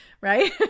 right